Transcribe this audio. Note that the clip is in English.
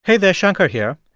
hey there. shankar here.